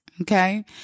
Okay